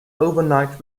overnight